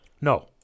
No